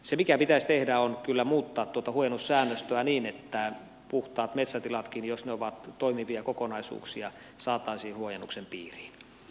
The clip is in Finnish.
se mikä pitäisi tehdä on kyllä muuttaa tuota huojennussäännöstöä niin että puhtaat metsätilatkin jos ne ovat toimivia kokonaisuuksia saataisiin huojennuksen piiriin